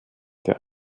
der